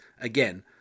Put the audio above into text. again